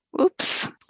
Oops